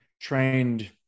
trained